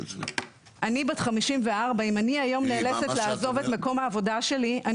אני בת 54. אם אני היום נאלצת לעזוב את מקום העבודה שלי,